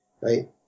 Right